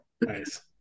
nice